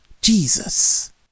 Jesus